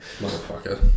Motherfucker